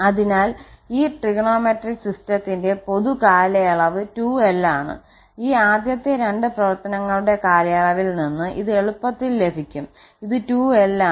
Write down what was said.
അതിനാൽ ഈ ത്രികോണമെട്രിക് സിസ്റ്റത്തിന്റെ പൊതുകാലയളവ് 2𝑙 ആണ് ഈ ആദ്യത്തെ രണ്ട് പ്രവർത്തനങ്ങളുടെ കാലയളവിൽ നിന്ന് ഇത് എളുപ്പത്തിൽ ലഭിക്കും ഇത് 2𝑙 ആണ്